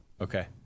Okay